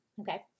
okay